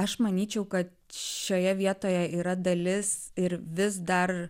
aš manyčiau kad šioje vietoje yra dalis ir vis dar